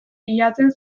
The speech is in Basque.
bilatzen